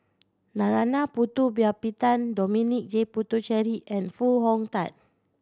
Narana Putumaippittan Dominic J Puthucheary and Foo Hong Tatt